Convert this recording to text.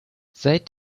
seit